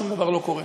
שום דבר לא קורה.